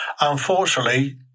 Unfortunately